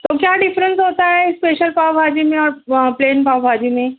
تو کیا ڈفرنس ہوتا ہے اسپیشل پاؤ بھاجی میں اور پلین پاؤ بھاجی میں